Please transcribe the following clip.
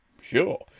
sure